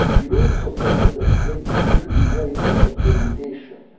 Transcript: it also tells us that they they could be very important for imitation.